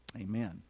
Amen